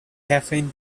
caffeine